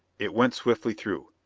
it went swiftly through.